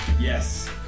Yes